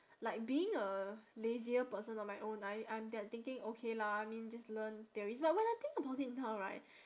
like being a lazier person on my own I I'm there thinking okay lah I mean just learn theories but when I think about it now right